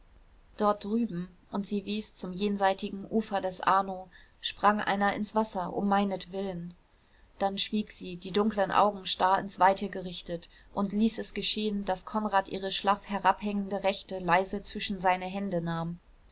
dort drüben und sie wies zum jenseitigen ufer des arno sprang einer ins wasser um meinetwillen dann schwieg sie die dunklen augen starr ins weite gerichtet und ließ es geschehen daß konrad ihre schlaff herabhängende rechte leise zwischen seine hände nahm